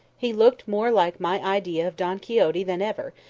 he looked more like my idea of don quixote than ever,